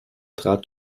trat